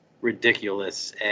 ridiculous